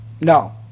No